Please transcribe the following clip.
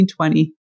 1920